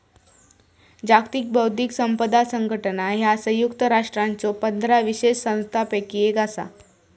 जागतिक बौद्धिक संपदा संघटना ह्या संयुक्त राष्ट्रांच्यो पंधरा विशेष संस्थांपैकी एक असा